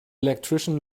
electrician